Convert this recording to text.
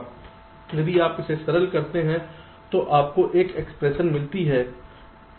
यदि आप इसे सरल करते हैं तो आपको यह एक्सप्रेशन मिलती है